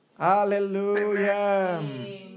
Hallelujah